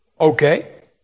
Okay